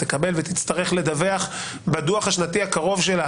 תקבל ותצטרך לדווח בדוח השנתי הקרוב שלה